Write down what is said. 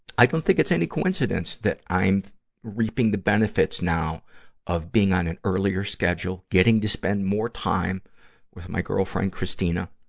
i don't think it's any coincidence that i'm reaping the benefits now of being on an earlier schedule, getting to spend more time with my girlfriend, christina,